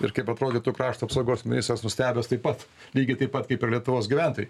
ir kaip atrodytų krašto apsaugos ministras nustebęs taip pat lygiai taip pat kaip ir lietuvos gyventojai